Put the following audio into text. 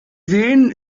sehen